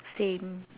same